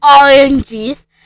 oranges